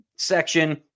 section